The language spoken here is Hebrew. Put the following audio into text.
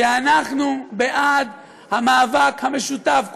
שאנחנו בעד המאבק המשותף,